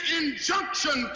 injunction